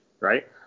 right